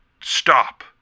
stop